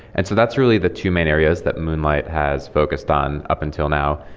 and so that's really the two main areas that moonlight has focused on up until now,